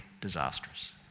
disastrous